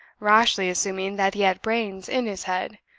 rashly assuming that he had brains in his head,